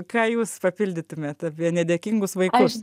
ką jūs papildytumėt apie nedėkingus vaikus